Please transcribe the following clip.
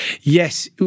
Yes